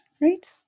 right